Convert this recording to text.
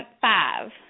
five